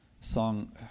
song